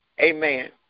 Amen